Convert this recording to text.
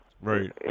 Right